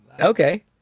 Okay